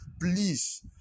please